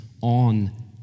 on